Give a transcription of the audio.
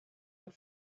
and